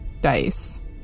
dice